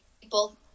People